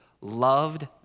loved